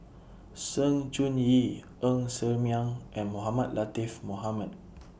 Sng Choon Yee Ng Ser Miang and Mohamed Latiff Mohamed